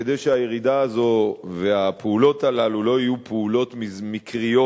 כדי שהירידה הזו והפעולות הללו לא יהיו פעולות מקריות,